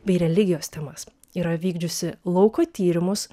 bei religijos temas yra vykdžiusi lauko tyrimus